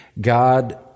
God